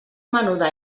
menuda